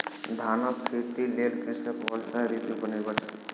धानक खेती के लेल कृषक वर्षा ऋतू पर निर्भर छल